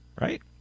right